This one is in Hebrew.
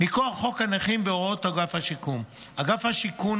מכוח חוק הנכים והוראות אגף השיקום.אגף השיקום,